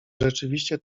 rzeczywiście